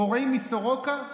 פורעים מסורוקה?